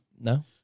No